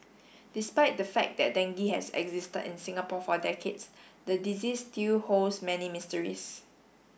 despite the fact that dengue has existed in Singapore for decades the disease still holds many mysteries